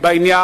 בעניין,